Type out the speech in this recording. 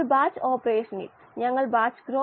ഇത് ഹെൻറിയുടെ നിയമസ്ഥിരാങ്കമാണ്